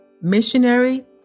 Missionary